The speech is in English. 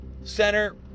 Center